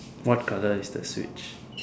what color is the switch